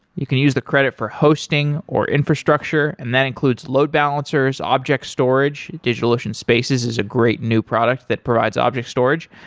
you can use the credit for hosting, or infrastructure, and that includes load balancers, object storage. digitalocean spaces is a great new product that provides object storage,